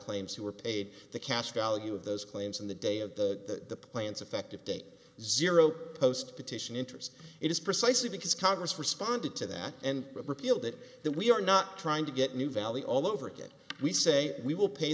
claims who are paid the cash value of those claims and the day of the plants effective date zero post petition interest it is precisely because congress responded to that and repealed it that we are not trying to get new valley all over again we say we will pay